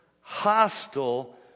hostile